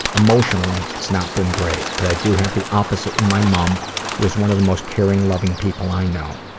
emotionally its not been great, but i do have the opposite in my mom who is one of the most caring, loving people i know.